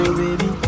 baby